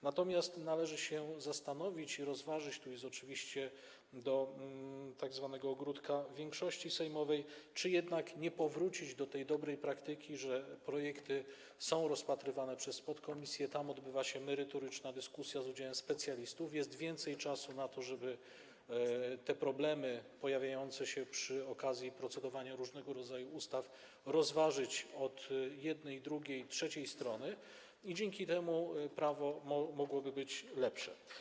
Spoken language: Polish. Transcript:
Natomiast należy się zastanowić i rozważyć - tu jest oczywiście kamyczek do ogródka większości sejmowej - czy jednak nie powrócić do tej dobrej praktyki, że projekty są rozpatrywane przez podkomisje, tam odbywa się merytoryczna dyskusja z udziałem specjalistów, jest więcej czasu na to, żeby problemy pojawiające się przy okazji procedowania nad różnego rodzaju ustawami rozważyć od jednej, drugiej, trzeciej strony, dzięki czemu prawo mogłoby być lepsze.